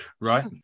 right